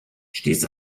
stieß